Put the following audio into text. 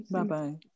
Bye-bye